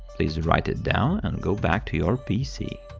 please write it down and go back to your pc.